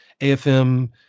AFM